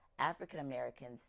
African-Americans